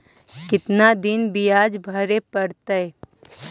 कितना दिन बियाज भरे परतैय?